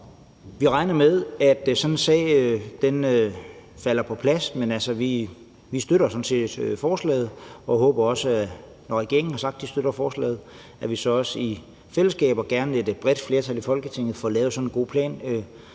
vi regner med, at den sag falder på plads. Vi støtter forslaget og håber også, at vi, når regeringen har sagt, at de støtter forslaget, så også i fællesskab og gerne med et bredt flertal i Folketinget får lavet en god plan